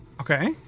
Okay